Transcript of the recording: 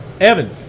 Evan